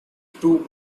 two